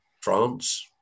France